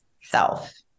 self